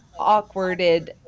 awkwarded